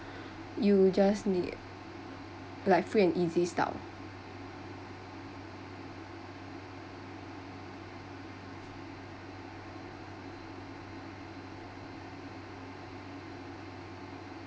you just need like free and easy stuff